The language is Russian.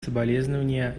соболезнования